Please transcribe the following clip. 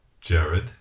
Jared